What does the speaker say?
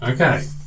Okay